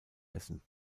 essen